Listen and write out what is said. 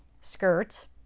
skirt